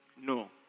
no